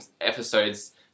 episodes